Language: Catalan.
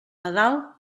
nadal